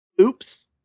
Oops